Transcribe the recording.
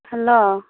hello